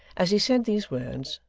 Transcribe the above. as he said these words,